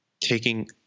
taking